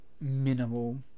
minimal